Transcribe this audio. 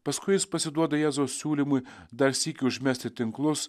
paskui jis pasiduoda jėzaus siūlymui dar sykį užmesti tinklus